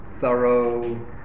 thorough